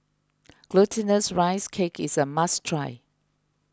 Glutinous Rice Cake is a must try